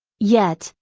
yet,